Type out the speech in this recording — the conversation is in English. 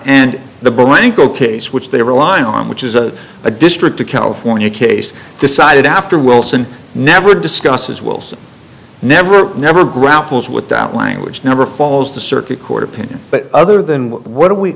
and the blanco case which they rely on which is a a district a california case decided after wilson never discusses wells never never grapples with that language never falls to circuit court opinion but other than what